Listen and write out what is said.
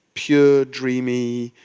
pure, dreamy,